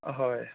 অ হয়